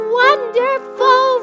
wonderful